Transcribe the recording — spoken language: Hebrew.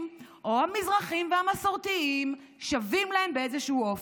או המזרחים והמסורתיים שווים להם באיזשהו אופן.